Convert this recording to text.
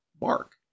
Mark